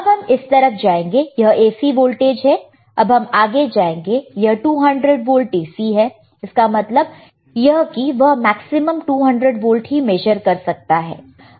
अब हम इस तरफ जाएंगे यह AC वोल्टेज है अब हम आगे जाएंगे यह 200 वोल्ट AC है इसका मतलब यह कि वह मैक्सिमम 200 वोल्ट ही मेजर कर सकता है